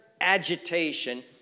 agitation